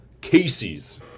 Casey's